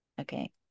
okay